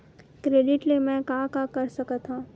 Credit ले मैं का का कर सकत हंव?